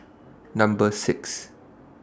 Number six